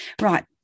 Right